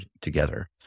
together